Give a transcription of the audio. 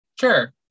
Sure